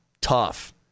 tough